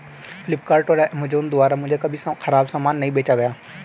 फ्लिपकार्ट और अमेजॉन द्वारा मुझे कभी खराब सामान नहीं बेचा गया